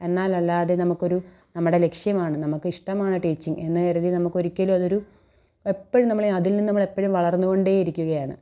എന്നാൽ അല്ലാതെ നമുക്ക് ഒരു നമ്മുടെ ലക്ഷ്യമാണ് നമുക്കിഷ്ടമാണ് ടീച്ചിങ് എന്ന് കരുതി നമുക്ക് ഒരിക്കലും അതൊരു എപ്പോഴും നമ്മൾ അതിൽ നിന്ന് നമ്മൾ എപ്പോഴും വളർന്നു കൊണ്ടേ ഇരിക്കുകയാണ്